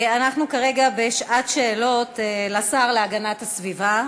אנחנו כרגע בשעת שאלות לשר להגנת הסביבה.